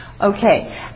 Okay